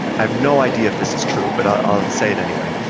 i have no idea if this is true but i'll say it anyway.